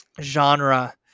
genre